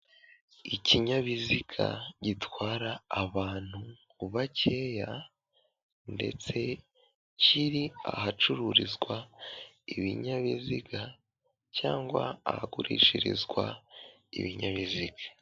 Ikinyabiziga gitwara abantu ubakeya ndetse kiri ahacururizwa ibinyabiziga cyangwa ahagurishirizwa ibinyabiziga.